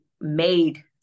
made